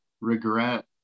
regret